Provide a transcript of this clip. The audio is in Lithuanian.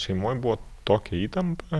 šeimoj buvo tokia įtampa